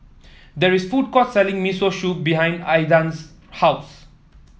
there is a food court selling Miso Soup behind Aydan's house